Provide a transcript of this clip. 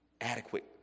adequate